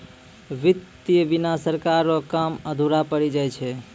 वित्त बिना सरकार रो काम अधुरा पड़ी जाय छै